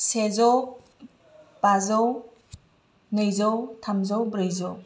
सेजौ बाजौ नैजौ थामजौ ब्रैजौ